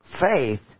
faith